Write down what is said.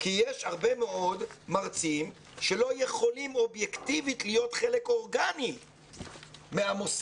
כי יש הרבה מאוד מרצים שלא יכולים אובייקטיבית להיות חלק אורגני מהמוסד,